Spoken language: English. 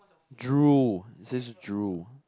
drool it says drool